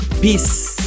Peace